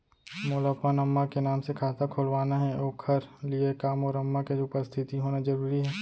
मोला अपन अम्मा के नाम से खाता खोलवाना हे ओखर लिए का मोर अम्मा के उपस्थित होना जरूरी हे?